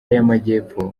y’amajyepfo